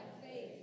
faith